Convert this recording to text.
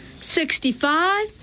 Sixty-five